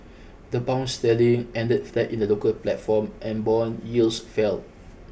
the pound sterling ended flat in the local platform and bond yields fell